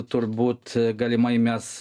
turbūt galimai mes